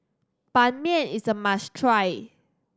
Ban Mian is a must try